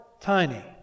tiny